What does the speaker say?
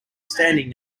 standing